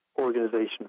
organization